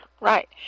Right